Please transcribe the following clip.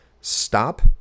stop